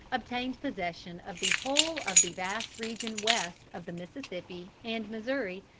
obtained possession of the whole of the vast region west of the mississippi and missouri,